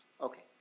Okay